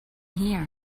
here